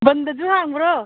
ꯕꯟꯗꯁꯨ ꯍꯥꯡꯕ꯭ꯔꯣ